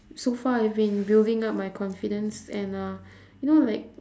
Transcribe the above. so far I've been building up my confidence and uh you know like